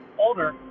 older